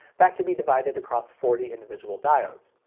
that could be divided across forty individual diodes.